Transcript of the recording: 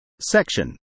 Section